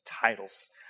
titles